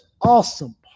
awesome